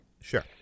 Sure